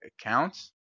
accounts